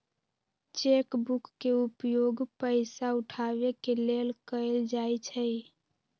cheque book के उपयोग पइसा उठाबे के लेल कएल जाइ छइ